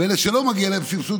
ואלה שלא מגיע להם סבסוד,